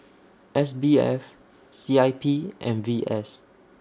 S B F C I P and V S